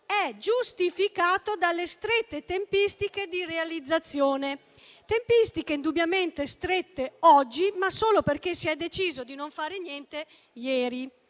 è giustificato dalle strette tempistiche di realizzazione; tempistiche indubbiamente strette oggi, ma solo perché si è deciso di non fare niente ieri.